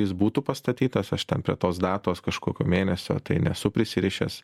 jis būtų pastatytas aš ten prie tos datos kažkokio mėnesio tai nesu prisirišęs